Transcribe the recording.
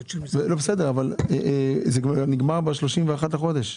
זה נגמר ב-31 לחודש.